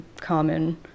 common